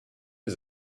has